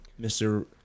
mr